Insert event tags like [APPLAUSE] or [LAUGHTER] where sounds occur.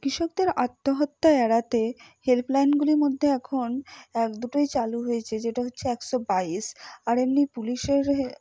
কৃষকদের আত্মহত্যা এড়াতে হেল্পলাইনগুলির মধ্যে এখন এক দুটোই চালু হয়েছে যেটা হচ্ছে একশো বাইশ আর এমনি পুলিশের [UNINTELLIGIBLE]